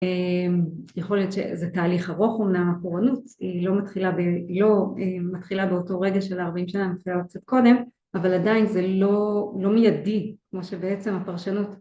יכול להיות שזה תהליך ארוך, אמנם, הפורענות היא לא מתחילה ביום, מתחילה באותו רגע של 40 שנה, היא מתחילה קצת קודם, אבל עדיין זה לא מיידי, כמו שבעצם הפרשנות